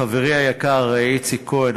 חברי היקר איציק כהן,